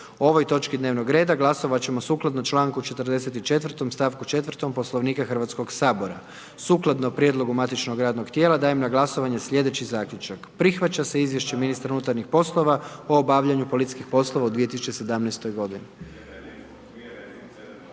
ovoj točki dnevnog reda glasovati ćemo sukladno članku 44., stavku 4. Poslovnika Hrvatskoga sabora. Sukladno prijedlogu matičnog radnog tijela dajem na glasovanje sljedeći Zaključak. Prihvaća će izvješće ministra unutarnjih poslova o obavljanju policijskih poslova u 2017. godini.